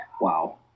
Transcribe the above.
Wow